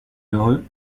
heureux